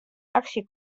aksje